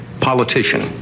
politician